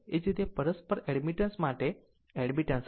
એ જ રીતે પરસ્પર એડમિટન્સ માટે એડમિટન્સ હશે